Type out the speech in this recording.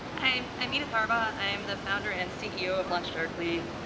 i'm i'm edith harbaugh. i'm the founder and ceo of launchdarkly.